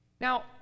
Now